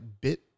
bit